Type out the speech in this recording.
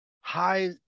high